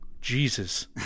Jesus